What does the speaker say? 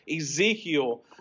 Ezekiel